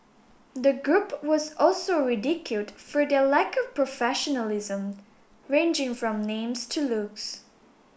the group was also ridiculed for their lack of professionalism ranging from names to looks